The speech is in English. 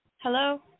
Hello